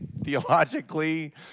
theologically